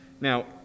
Now